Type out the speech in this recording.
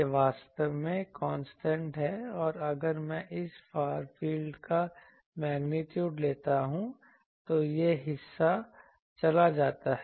यह वास्तव में कांस्टेंट है और अगर मैं इस फील्ड का मेग्नीट्यूड लेता हूं तो यह हिस्सा चला जाता है